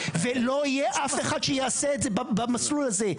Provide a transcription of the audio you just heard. ולא יהיה אף אחד שיעשה את זה במסלול הזה,